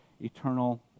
eternal